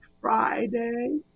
friday